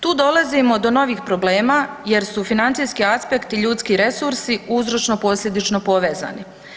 Tu dolazimo do novih problema jer su financijski aspekti i ljudski resursi uzročno posljedično povezani.